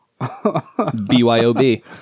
Byob